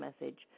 message